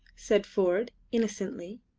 said ford, innocently,